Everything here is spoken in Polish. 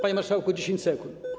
Panie marszałku, 10 sekund.